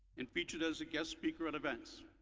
and featured as a guest speaker at events.